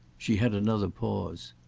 she had another pause.